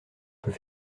peux